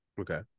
okay